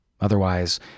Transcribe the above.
Otherwise